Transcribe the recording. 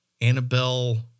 Annabelle